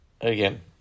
again